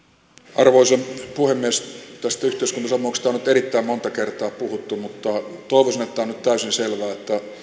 arvoisa puhemies tästä yhteiskuntasopimuksesta on nyt erittäin monta kertaa puhuttu mutta toivoisin että on nyt täysin selvää